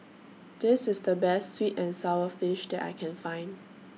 This IS The Best Sweet and Sour Fish that I Can Find